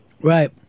Right